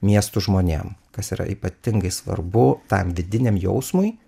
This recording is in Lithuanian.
miestų žmonėm kas yra ypatingai svarbu tam vidiniam jausmui